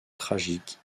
tragique